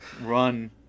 run